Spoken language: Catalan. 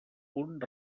punt